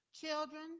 Children